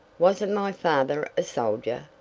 wasn't my father a soldier?